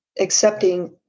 accepting